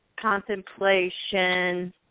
contemplation